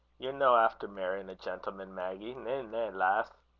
ye're no efter merryin' a gentleman, maggy? na, na, lass!